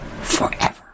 forever